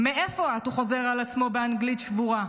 "מאיפה את?" הוא חוזר על עצמו באנגלית שבורה.